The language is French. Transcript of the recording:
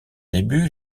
débuts